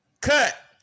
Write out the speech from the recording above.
Cut